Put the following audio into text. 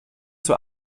zur